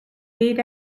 weed